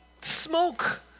smoke